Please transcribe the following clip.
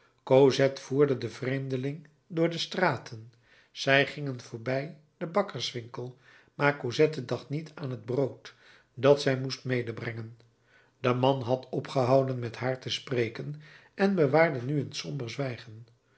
cosette voerde den vreemdeling door de straten zij gingen voorbij den bakkerswinkel maar cosette dacht niet aan het brood dat zij moest medebrengen de man had opgehouden met haar te spreken en bewaarde nu een somber zwijgen